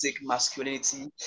masculinity